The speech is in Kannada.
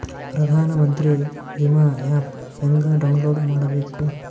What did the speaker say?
ಪ್ರಧಾನಮಂತ್ರಿ ವಿಮಾ ಆ್ಯಪ್ ಹೆಂಗ ಡೌನ್ಲೋಡ್ ಮಾಡಬೇಕು?